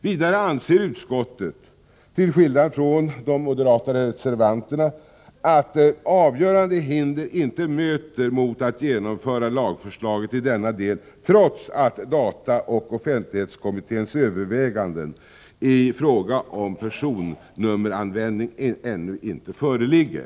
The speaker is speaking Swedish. Vidare anser utskottet — till skillnad från de moderata reservanterna — att avgörande hinder inte möter mot att man genomför lagförslaget i denna del trots att dataoch offentlig hetskommitténs överväganden i fråga om personnummeranvändning ännu inte föreligger.